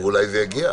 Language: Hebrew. ואולי זה יגיע.